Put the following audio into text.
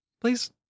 Please